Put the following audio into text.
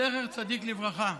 זכר צדיק לברכה.